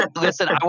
Listen